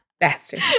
Bastard